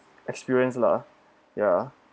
experience lah ya